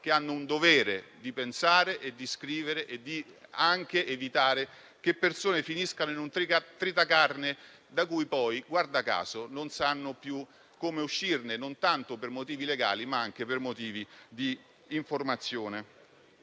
che hanno un dovere, quello di pensare, scrivere e anche evitare che alcune persone finiscano in un tritacarne, da cui poi - guarda caso - non sanno più come uscirne, non tanto per motivi legali, ma per motivi di informazione.